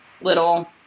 Little